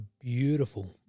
beautiful